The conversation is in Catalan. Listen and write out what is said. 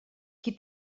qui